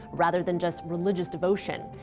rather than just religious devotion,